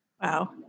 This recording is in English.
Wow